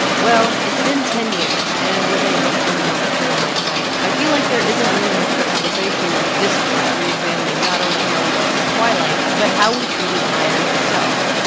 well, it's been ten years and with a hopefully a more mature hindsight i feel like there isn't really much of a conversation in the discourse reexamining not only how we treated twilight, but how we treated meyer herself,